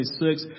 26